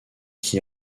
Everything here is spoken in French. qui